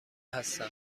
هستم